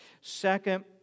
Second